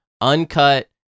uncut